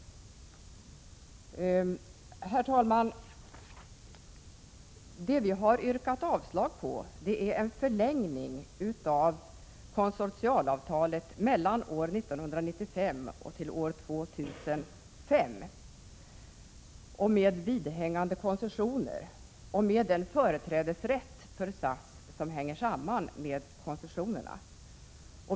Det vi har yrkat avslag på är en förlängning av konsortialavtalet mellan åren 1995 och 2005, med vidhängande koncessioner och den företrädesrätt för SAS som hänger samman med koncessionerna.